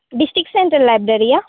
district centre library yeah